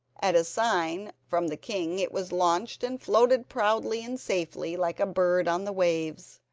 at a sign from the king it was launched, and floated proudly and safely like a bird on the waves.